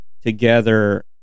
together